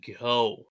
go